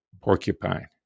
porcupine